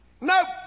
Nope